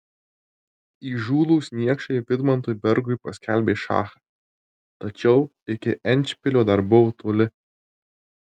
įžūlūs niekšai vidmantui bergui paskelbė šachą tačiau iki endšpilio dar buvo toli